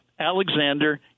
Alexander